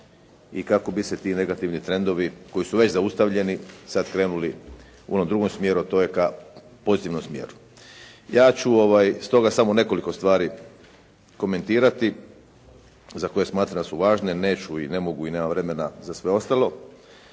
i kako bi se ti negativni trendovi koji su već zaustavljeni sad krenuli u onom drugom smjeru, a to je ka pozitivnom smjeru. Ja ću stoga samo nekoliko stvari komentirati za koje smatram da su važne. Neću i ne mogu i nemam vremena za sve ostalo.